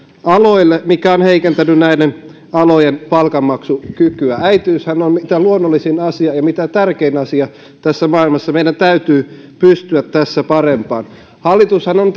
aloille mikä on heikentänyt näiden alojen palkanmaksukykyä äitiyshän on mitä luonnollisin asia ja mitä tärkein asia tässä maailmassa meidän täytyy pystyä tässä parempaan hallitushan on